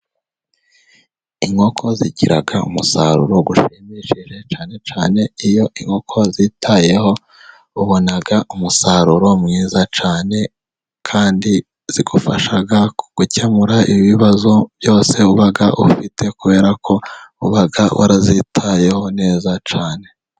Inkoko zigira umusaruro ushimishije cyane cyane iyo inkoko uzitayeho, ubona umusaruro mwiza cyane, kandi zigufasha gukemura ibibazo byose uba ufite kubera ko uba warazitayeho neza cyane.